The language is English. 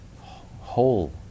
whole